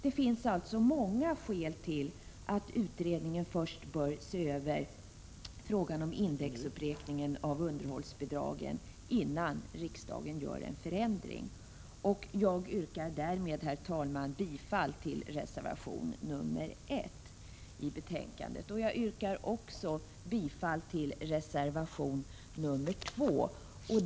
Det finns alltså många skäl till att utredningen först bör se över frågan om indexuppräkningen av underhållsbidragen innan man gör en förändring. Jag yrkar därmed, herr talman, bifall till reservation nr 1. Jag yrkar också bifall till reservation nr 2.